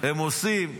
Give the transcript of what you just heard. הם עושים הסכם,